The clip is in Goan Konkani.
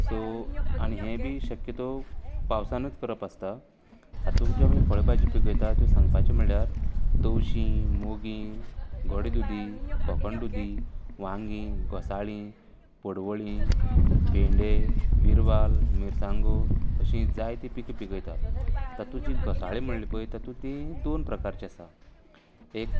सो हे बी शक्यतो पावसानच करप आसता हातूंत ज्यो आमी फळ भाजी पिकयतात त्यो सांगपाच्यो म्हळ्यार तवशीं मोगीं गोडे दुदी कोकण दुदी वांगें घोसाळीं पडवळीं भेंडे विरवाल मिरसांगो असीं जायती पिकां पिकयतात तातूंत जी घोसाळीं म्हळ्यां पळय तातूंत ती दोन प्रकारची आसा एक